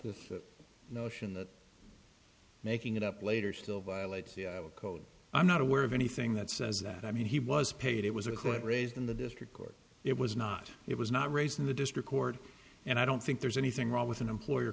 the notion that making it up later still violates the code i'm not aware of anything that says that i mean he was paid it was a quid raised in the district court it was not it was not raised in the district court and i don't think there's anything wrong with an employer